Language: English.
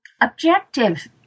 objective